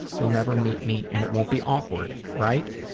you'll never meet me and it won't be awkward, right?